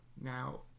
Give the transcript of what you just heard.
Now